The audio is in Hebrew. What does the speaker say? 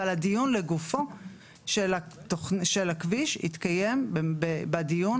אבל הדיון לגופו של הכביש יתקיים בדיון